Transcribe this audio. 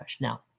Now